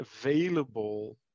available